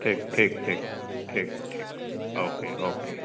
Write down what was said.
ठीक ठीक ठीक ठीक ठीक ओके ओके